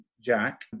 Jack